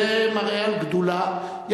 אני